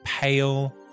pale